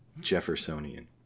Jeffersonian